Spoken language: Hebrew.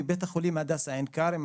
בבית החולים הדסה עין כרם,